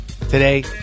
today